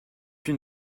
une